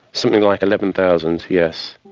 something like eleven thousand, yes.